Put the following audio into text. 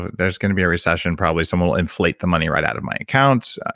there's going to be a recession probably. someone will inflate the money right out of my accounts,